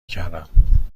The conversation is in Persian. کردم